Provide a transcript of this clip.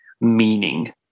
meaning